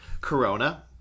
Corona